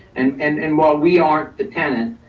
and and and while we are the tenant,